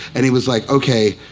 and he was like okay,